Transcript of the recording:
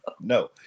No